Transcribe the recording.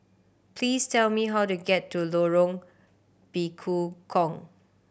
please tell me how to get to Lorong Bekukong